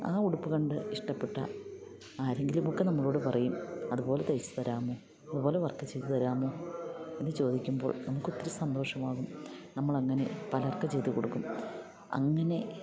ആ ഉടുപ്പ് കണ്ട് ഇഷ്ടപ്പെട്ട ആരെങ്കിലും ഒക്കെ നമ്മളോട് പറയും അതുപോലെ തയ്ച്ച് തരാമോ അതുപോലെ വർക്ക് ചെയ്ത് തരാമോ എന്ന് ചോദിക്കുമ്പോൾ നമുക്കൊത്തിരി സന്തോഷമാകും നമ്മളങ്ങനെ പലർക്കും ചെയ്ത് കൊടുക്കും അങ്ങനെ